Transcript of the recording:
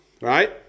right